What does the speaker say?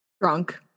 Drunk